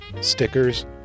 stickers